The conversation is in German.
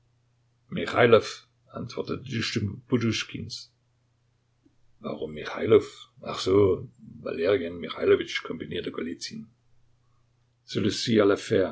michailow antwortete die stimme poduschkins warum michailow ach so valerian michailowitsch kombinierte